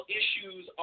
issues